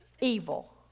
evil